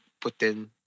putin